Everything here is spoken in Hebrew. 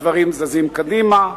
הדברים זזים קדימה,